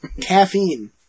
caffeine